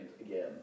again